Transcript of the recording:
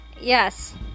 Yes